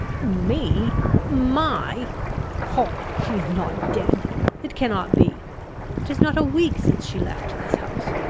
me my poh! she is not dead it cannot be it is not a week since she left this house.